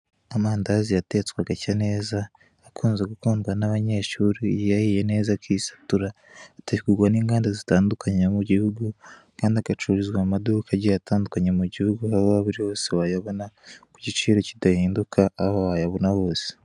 Amandazi yatetswe agashya neza akunze gukundwa n'abanyeshuri iyo ahiye neza akisatura, ategurwa n'inganda zitandukanye mu gihugu, kandi agacururizwa mu maduka agiye atandukanye mu gihugu aho waba uri hose wayabona, ku giciro kidahinduka aho wayabona hose.